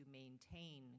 maintain